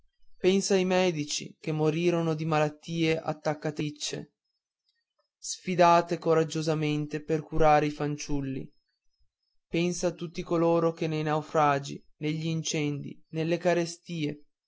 pensa ai medici che morirono di malattie attaccaticcie sfidate coraggiosamente per curar dei fanciulli pensa a tutti coloro che nei naufragi negli incendi nelle carestie